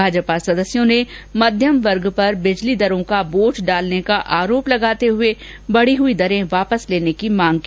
भाजपा सदस्यों ने मध्यम वर्ग पर बिजली दरों का बोझ डालने का आरोप लगाते हुए बढी हुई दरें वापस लेने की मांग की